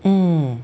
mm